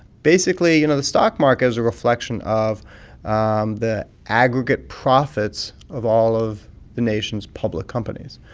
basically, you know, the stock market is a reflection of um the aggregate profits of all of the nation's public companies.